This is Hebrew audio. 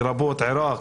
לרבות עירק,